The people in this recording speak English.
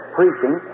preaching